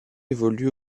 évolue